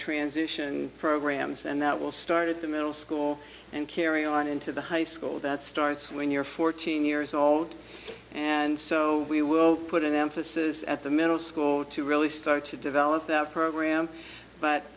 transition programs and that will start at the middle school and carry on into the high school that starts when you're fourteen years old and so we will put an emphasis at the middle school to really start to develop that program but